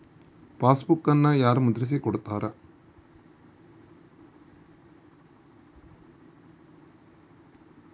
ಪಾಸ್ಬುಕನ್ನು ಯಾರು ಮುದ್ರಿಸಿ ಕೊಡುತ್ತಾರೆ?